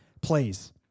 Please